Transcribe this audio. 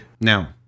Now